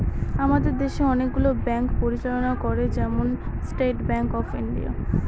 আমাদের দেশে অনেকগুলো ব্যাঙ্ক পরিচালনা করে, যেমন স্টেট ব্যাঙ্ক অফ ইন্ডিয়া